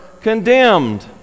condemned